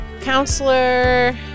Counselor